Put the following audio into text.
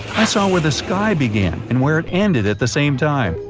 i saw where the sky began and where it ended at the same time,